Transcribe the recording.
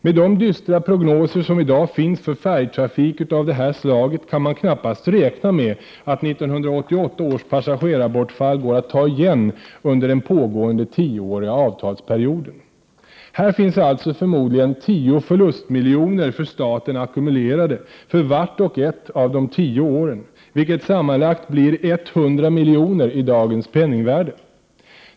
Med de dystra prognoser som i dag finns för färjetrafik av det här slaget kan man knappast räkna med att 1988 års passagerarbortfall går att ta igen under den pågående, tioåriga avtalsperioden. Här finns alltså förmodligen 10 förlustmiljoner för staten ackumulerade för vart och ett av de tio åren, vilket blir sammanlagt 100 miljoner i dagens penningvärde.